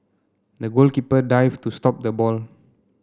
the goalkeeper dived to stop the ball